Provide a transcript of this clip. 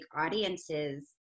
audiences